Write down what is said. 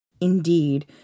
Indeed